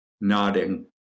nodding